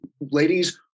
ladies